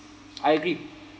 I agree